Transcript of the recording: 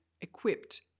equipped